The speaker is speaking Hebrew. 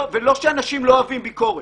ולא שאנשים לא אוהבים ביקורת.